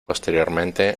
posteriormente